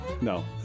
No